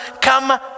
come